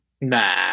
Nah